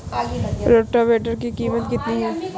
Rotavator की कीमत कितनी है?